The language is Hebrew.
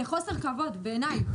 זה חוסר כבוד, בעיניי.